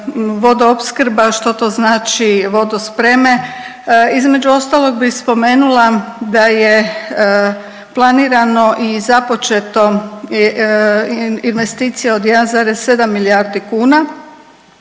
vodoopskrba, što to znači vodospreme. Između ostalog bih spomenula da je planirano i započeto investicija od 1,7 milijardi kuna